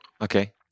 okay